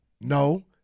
no